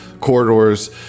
corridors